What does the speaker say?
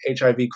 HIV